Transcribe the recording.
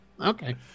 Okay